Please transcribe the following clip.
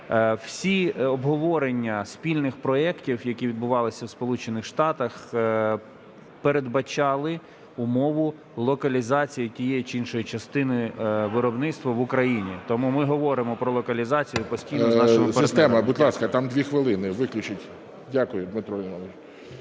Всі обговорення спільних проектів, які відбувалися в Сполучених Штатах, передбачали умови локалізації тієї чи іншої частини виробництва в Україні. Тому ми говоримо про локалізацію постійно з нашими партнерами.